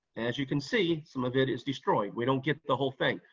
as you can see, some of it is destroyed. we don't get the whole thing,